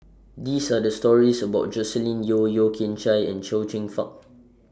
These Are The stories about Joscelin Yeo Yeo Kian Chai and Chia Fah